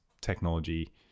technology